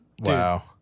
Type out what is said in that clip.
Wow